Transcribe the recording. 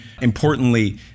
importantly